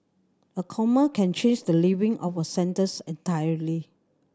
a comma can change the leaving of a sentence entirely